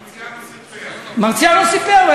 מרציאנו סיפר.